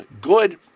Good